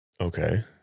Okay